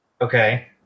Okay